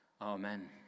Amen